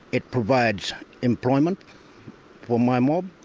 it provides employment for my mob,